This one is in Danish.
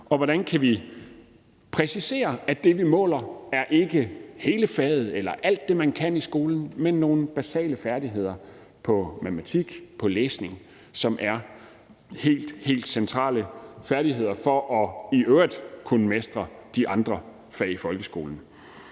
og hvordan vi kan præcisere, at det, vi måler, ikke er hele faget eller alt det, man kan i skolen, men nogle basale færdigheder i matematik og i læsning, som er helt, helt centrale færdigheder for i øvrigt at kunne mestre de andre fag i folkeskolen.